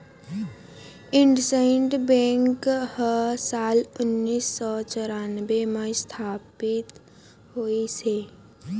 IndusInd Bank ह साल उन्नीस सौ चैरानबे म इस्थापित होइस हे